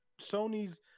sony's